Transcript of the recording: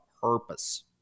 purpose